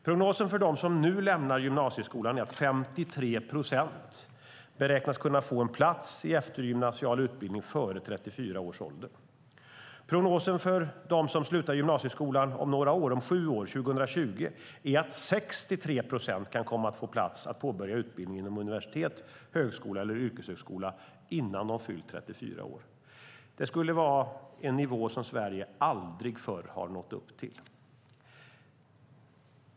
Prognosen för dem som nu lämnar gymnasieskolan är att 53 procent beräknas kunna få en plats i eftergymnasial utbildning före 34 års ålder. Prognosen för dem som slutar gymnasieskolan om sju år, 2020, är att 63 procent kan komma att få plats att påbörja utbildning inom universitet, högskola eller yrkeshögskola innan de fyllt 34 år. Det skulle vara en nivå som Sverige aldrig förr har nått upp till.